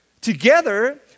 Together